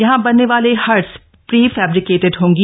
यहां बनने वाले हट्स प्री फैब्रिकेटेड होंगी